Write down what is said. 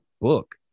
book